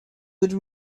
would